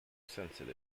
sensitive